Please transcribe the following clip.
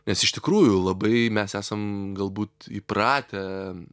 nes iš tikrųjų labai mes esam galbūt įpratę